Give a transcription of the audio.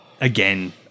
again